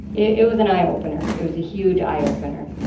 it it was an eye-opener. it was a huge eye-opener.